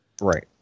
Right